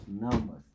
numbers